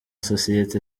sosiyete